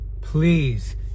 Please